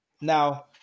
Now